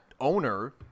owner